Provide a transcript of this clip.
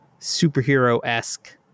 superhero-esque